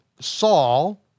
Saul